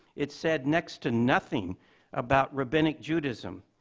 it said next to nothing about rabbinic judaism,